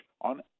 on